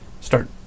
start